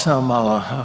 Samo malo!